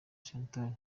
chantal